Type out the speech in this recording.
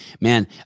man